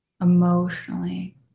emotionally